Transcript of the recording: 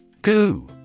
Goo